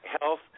health